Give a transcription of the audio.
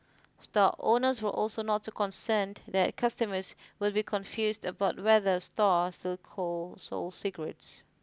store owners were also not too concerned that customers would be confused about whether store still cold sold cigarettes